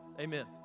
Amen